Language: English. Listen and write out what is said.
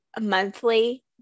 monthly